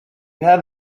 have